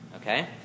Okay